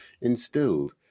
instilled